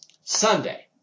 Sunday